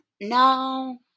No